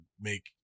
make